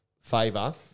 favor